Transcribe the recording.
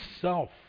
self